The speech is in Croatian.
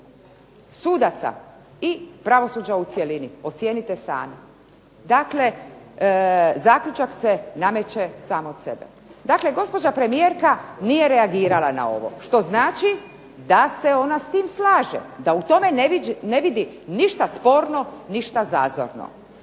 sudaca i pravosuđa u cjelini. Ocijenite sami. Dakle, zaključak se nameće sam od sebe. Dakle, gospođa premijerka nije reagirala na ovo što znači da se ona s tim slaže da u tome ne vidi ništa sporno, ništa zazorno.